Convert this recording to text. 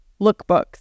lookbooks